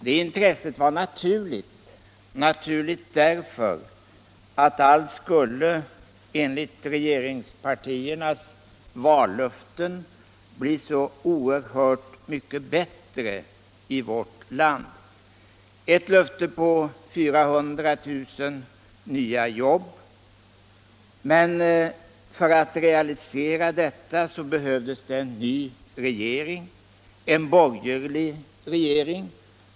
Detta intresse var naturligt — naturligt därför att allt skulle, enligt regeringspartiernas vallöften, bli så oerhört mycket bättre i vårt land. Ett löfte var 400 000 nya jobb. Men för att realisera detta behövdes en ny regering, en borgerlig regering.